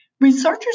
Researchers